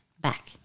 back